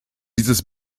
dieses